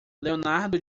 leonardo